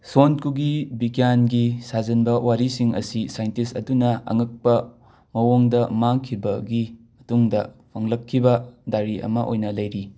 ꯁꯣꯟ ꯀꯨꯒꯤ ꯕꯤꯒ꯭ꯌꯥꯟꯒꯤ ꯁꯥꯖꯟꯕ ꯋꯥꯔꯤꯁꯤꯡ ꯑꯁꯤ ꯁꯥꯏꯟꯇꯤꯁ ꯑꯗꯨꯅ ꯑꯉꯛꯄ ꯃꯑꯣꯡꯗ ꯃꯥꯡꯈꯤꯕꯒꯤ ꯃꯇꯨꯡꯗ ꯐꯪꯂꯛꯈꯤꯕ ꯗꯥꯏꯔꯤ ꯑꯃ ꯑꯣꯏꯅ ꯂꯩꯔꯤ